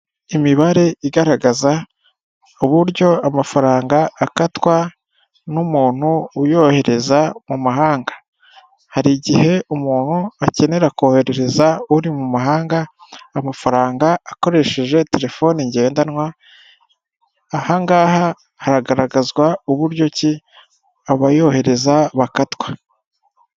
Imibare igaragaza uburyo amafaranga akatwa n'umuntu uyohereza mu mahanga, hari igihe umuntu akenera koheza uri mu mahanga amafaranga akoresheje telefoni ngendanwa, ahangaha haragaragazwa uburyo ki abayohereza bakatwa.